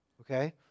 okay